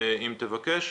אם תבקש,